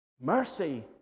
Mercy